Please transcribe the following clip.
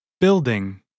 Building